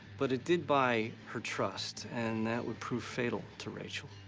but it did buy her trust, and that would prove fatal to rachel.